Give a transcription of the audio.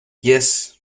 yes